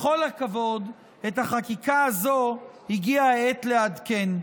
בכל הכבוד, את החקיקה הזאת הגיעה העת לעדכן.